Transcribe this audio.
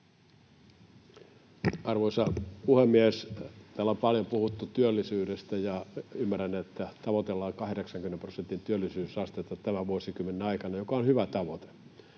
Arvoisa puhemies! Täällä on paljon puhuttu työllisyydestä, ja ymmärrän, että tavoitellaan 80 prosentin työllisyysastetta tämän vuosikymmenen aikana, mikä on hyvä tavoite.